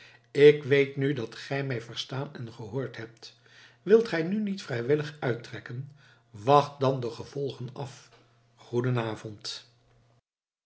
ik weet nu dat gij mij verstaan en gehoord hebt wilt gij nu niet vrijwillig uittrekken wacht dan de gevolgen af